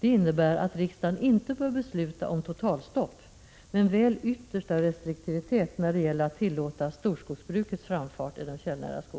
Det innebär att riksdagen inte bör besluta om 26 november 1986 totalstopp, men väl rekommendera yttersta restriktivitet när det gäller att